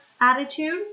attitude